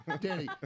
Danny